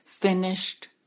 finished